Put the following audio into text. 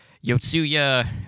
Yotsuya